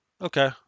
Okay